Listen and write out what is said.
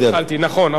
בבקשה.